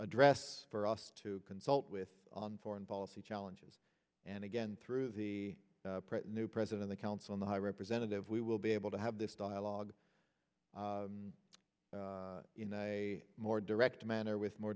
address for us to consult with on foreign policy challenges and again through the new president the council in the high representative we will be able to have this dialogue in a more direct manner with more